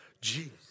Jesus